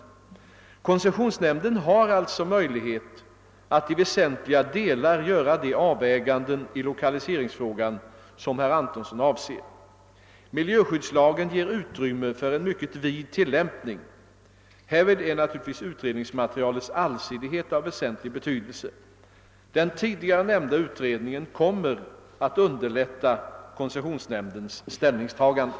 Koncessionsnämnden har alltså möjlighet att i väsentliga delar göra de avväganden i lokaliseringsfrågan som herr Antonsson avser. Miljöskyddslagen ger utrymme för en mycket vid tillämpning. Härvid är naturligtvis utredningsmaterialets allsidighet av väsentlig betydelse. Den tidigare nämnda utredningen kommer att underlätta - koncessionsnämndens = ställningstaganden.